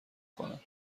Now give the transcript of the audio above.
کنن